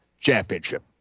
championship